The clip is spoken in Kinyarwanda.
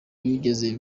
bigeze